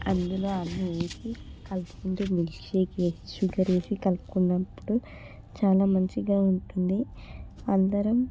అందులో అన్నీ వేసి కలుపుకుంటే మిక్సీకి వేసి షుగర్ వేసి కలుసుకున్నప్పుడు చాలా మంచిగా ఉంటుంది అందరం